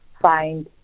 find